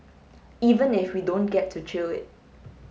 even if we don't get to chew it